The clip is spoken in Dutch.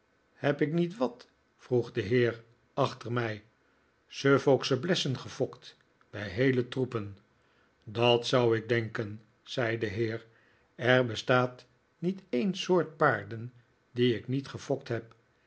heb ik niet wat vroeg de heer achter mij suffolksche blessen gefokt bij heele troepen dat zou ik denken zei de heer er bestaat niet een soort paarden die ik niet gefokt heb